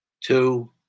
Two